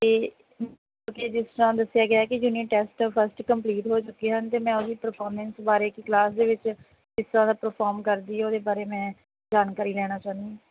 ਅਤੇ ਕਿ ਜਿਸ ਤਰ੍ਹਾਂ ਦੱਸਿਆ ਗਿਆ ਕਿ ਯੂਨਿਟ ਟੈਸਟ ਫਸਟ ਕੰਪਲੀਟ ਹੋ ਚੁੱਕੇ ਹਨ ਅਤੇ ਮੈਂ ਉਹਦੀ ਪਰਫੋਰਮੈਂਸ ਬਾਰੇ ਕਿ ਕਲਾਸ ਦੇ ਵਿੱਚ ਕਿਸ ਤਰ੍ਹਾਂ ਦਾ ਪਰਫੋਰਮ ਕਰਦੀ ਹੈ ਉਹਦੇ ਬਾਰੇ ਮੈਂ ਜਾਣਕਾਰੀ ਲੈਣਾ ਚਾਹੁੰਦੀ ਹਾਂ